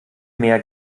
mehr